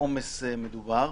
עומס מדובר,